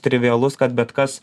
trivialus kad bet kas